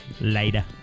later